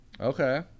Okay